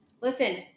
listen